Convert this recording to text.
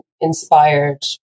inspired